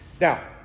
Now